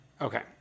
Okay